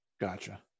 Gotcha